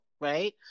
right